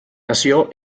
nació